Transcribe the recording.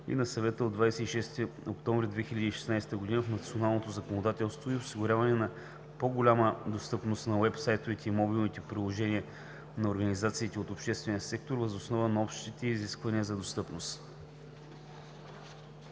и на Съвета от 26 октомври 2016 г. в националното законодателство и осигуряване на по-голяма достъпност на уебсайтовете и мобилните приложения на организациите от обществения сектор въз основа на общите изисквания за достъпност.